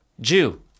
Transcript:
Jew